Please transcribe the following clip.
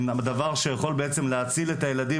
הם הדבר שיכול בעצם להציל את הילדים,